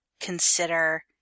consider